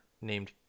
named